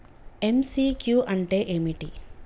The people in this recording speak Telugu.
ఎమ్.సి.క్యూ అంటే ఏమిటి?